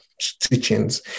teachings